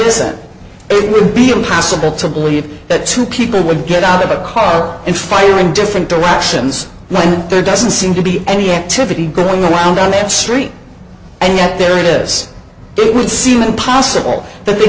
isn't it would be impossible to believe that two people would get out of a car and fire in different directions when there doesn't seem to be any activity going around on the street and yet there it is it would seem impossible